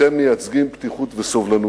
אתם מייצגים פתיחות וסובלנות.